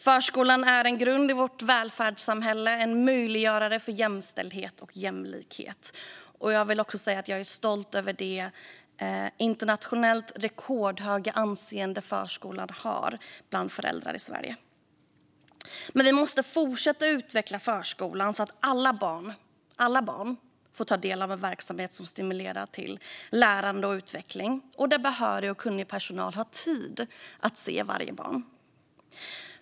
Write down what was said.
Förskolan är en grund i vårt välfärdssamhälle, en möjliggörare för jämställdhet och jämlikhet. Jag är stolt över det internationellt rekordhöga anseende förskolan har bland föräldrar i Sverige. Men vi måste fortsätta att utveckla förskolan så att alla barn får ta del av en verksamhet som stimulerar till lärande och utveckling, och där behörig och kunnig personal har tid att se varje barn.